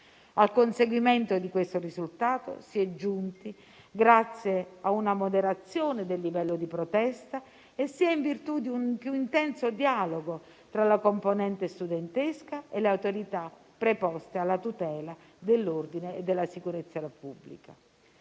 Al conseguimento di questo risultato si è giunti grazie a una moderazione del livello di protesta e in virtù di un intenso dialogo tra la componente studentesca e le autorità preposte alla tutela dell'ordine e della sicurezza pubblica.